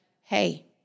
hey